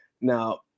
Now